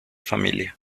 familia